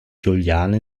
juliane